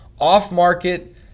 off-market